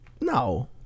No